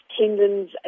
tendons